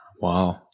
wow